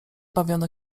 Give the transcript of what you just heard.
bawiono